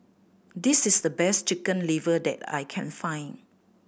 this is the best Chicken Liver that I can find